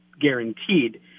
guaranteed